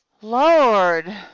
Lord